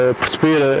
perceber